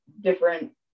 different